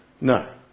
No